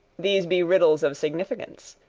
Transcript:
these be riddles of significance.